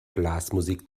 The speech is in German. blasmusik